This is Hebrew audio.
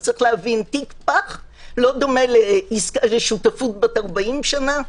יש להבין תיק- -- לא דומה לשותפות בת ארבעים שנה,